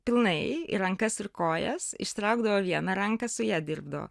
pilnai ir rankas ir kojas ištraukdavo vieną ranką su ja dirbdavo